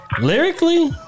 Lyrically